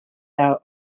out